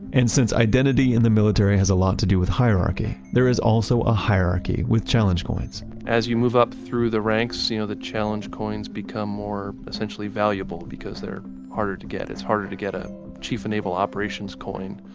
and since identity in the military has a lot to do with hierarchy, there is also a hierarchy with challenge coins as you move up through the ranks, you know the challenge coins become more essentially valuable because they're harder to get. it's harder to get a chief of naval operations coin.